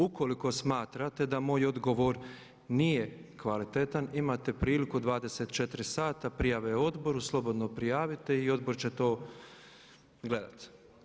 Ukoliko smatrate da moj odgovor nije kvalitetan imate priliku 24 sata prijave odboru, slobodno prijavite i odbor će to gledati.